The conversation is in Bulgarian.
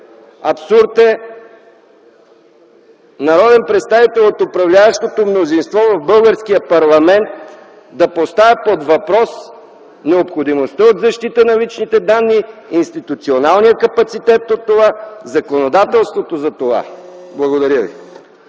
Абсурд е народен представител от управляващото мнозинство в българския парламент да поставя под въпрос необходимостта от защита на личните данни, институционалния капацитет за това, законодателството за това! Благодаря Ви.